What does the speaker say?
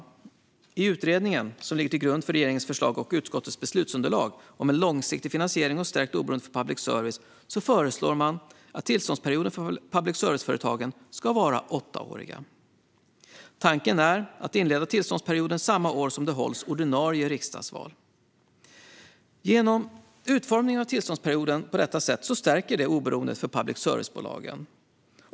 I utredningen som ligger till grund för regeringens förslag och utskottets beslutsunderlag om en långsiktig finansiering och stärkt oberoende för public service föreslår man att tillståndsperioderna för public service-företagen ska vara åttaåriga. Tanken är att tillståndsperioden ska inledas samma år som det hålls ordinarie riksdagsval. Genom denna utformning av tillståndsperioden stärks public service-bolagens oberoende.